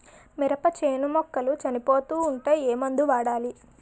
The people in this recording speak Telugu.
మినప చేను మొక్కలు చనిపోతూ ఉంటే ఏమందు వాడాలి?